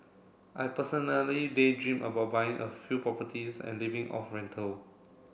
I personally daydream about buying a few properties and living off rental